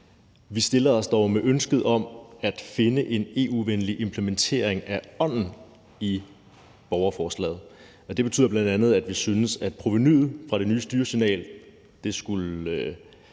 Vi har dog et ønske om at finde frem til en EU-venlig implementering af ånden i borgerforslaget. Det betyder bl.a., at vi synes, at man skulle se, om man kunne